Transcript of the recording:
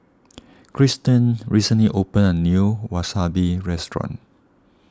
Kristen recently opened a new Wasabi restaurant